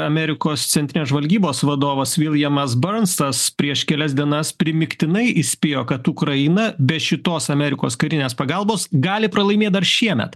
amerikos centrinės žvalgybos vadovas viljamas bernstas prieš kelias dienas primygtinai įspėjo kad ukraina be šitos amerikos karinės pagalbos gali pralaimėt dar šiemet